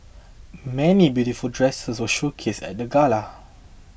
many beautiful dresses were showcased at the gala